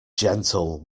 gentle